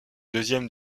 deuxième